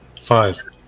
Five